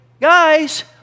Guys